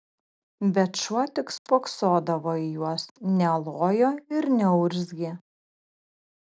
bet šuo tik spoksodavo į juos nelojo ir neurzgė